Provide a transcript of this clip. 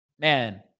Man